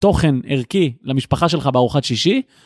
תוכן ערכי למשפחה שלך בארוחת שישי.